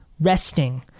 Resting